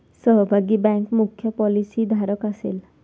सहभागी बँक मुख्य पॉलिसीधारक असेल